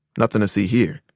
nothing to see here.